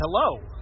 Hello